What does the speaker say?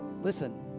Listen